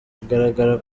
bigaragara